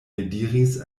eldiris